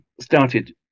started